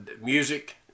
music